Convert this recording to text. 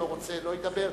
לא רוצה, לא ידבר.